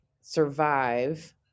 survive